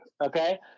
Okay